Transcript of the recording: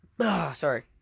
Sorry